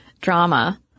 drama